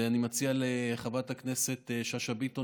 ואני מציע לחברת הכנסת שאשא ביטון